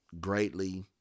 greatly